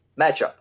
matchup